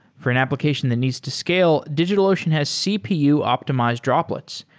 for an application that needs to scale, digitalocean has cpu optimized droplets,